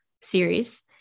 series